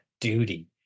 duty